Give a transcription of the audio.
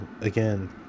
again